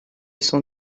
son